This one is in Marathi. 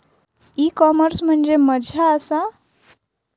ई कॉमर्स म्हणजे मझ्या आसा?